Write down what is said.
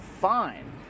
fine